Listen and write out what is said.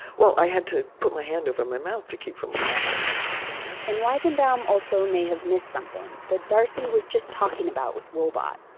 well, i had to put my hand over my mouth to keep from laughing and weizenbaum also may have missed something that darcy was just talking about with woebot.